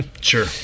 Sure